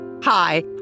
Hi